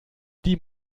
die